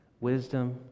wisdom